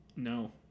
No